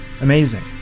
Amazing